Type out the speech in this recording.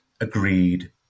agreed